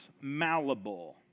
malleable